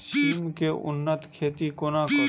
सिम केँ उन्नत खेती कोना करू?